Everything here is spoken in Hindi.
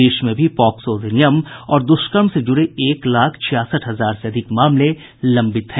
देश में अभी पॉक्सो अधिनियम और दुष्कर्म से जुड़े एक लाख छियासठ हजार से अधिक मामले लंबित हैं